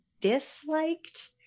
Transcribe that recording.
disliked